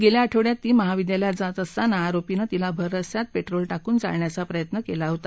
मागच्या आठवङ्यात ती महाविद्यालयात जात असताना आरोपीनं तिला भर रस्त्यात पेट्रोल कून जाळण्याचा प्रयत्न केला होता